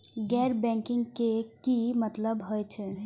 गैर बैंकिंग के की मतलब हे छे?